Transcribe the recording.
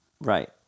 Right